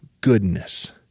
goodness